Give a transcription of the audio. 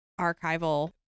archival